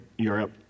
Europe